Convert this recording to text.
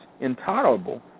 intolerable